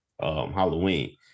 Halloween